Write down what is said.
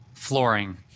Flooring